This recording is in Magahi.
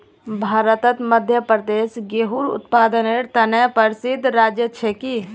भारतत मध्य प्रदेश गेहूंर उत्पादनेर त न प्रसिद्ध राज्य छिके